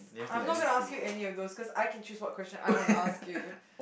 I'm not gonna ask you any of those cause I can choose what question I wanna ask you